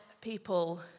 people